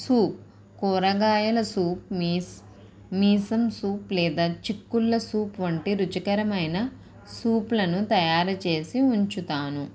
soup కూరగాయల soup మీస్ మీసం సూప్ లేదా చిక్కుళ్ల సూప్ వంటి రుచికరమైన సూప్లను తయారుచేసి ఉంచుతాను